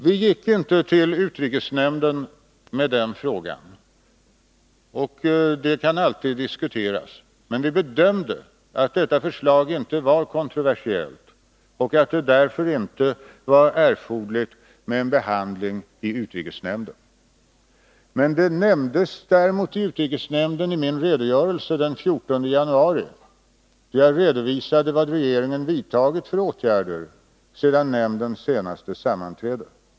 Vi gick inte till utrikesnämnden med frågan, och det kan alltid diskuteras. Men vi bedömde att förslaget inte var kontroversiellt och att det därför inte var erforderligt med en behandling i utrikesnämnden. Det nämndes emellertid i utrikesnämnden i min redogörelse den 14 januari, då jag redovisade vad regeringen vidtagit för åtgärder sedan nämndens senaste sammanträde.